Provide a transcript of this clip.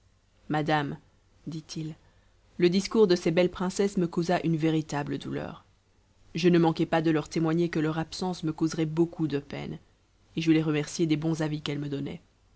madame dit-il le discours de ces belles princesses me causa une véritable douleur je ne manquai pas de leur témoigner que leur absence me causerait beaucoup de peine et je les remerciai des bons avis qu'elles me donnaient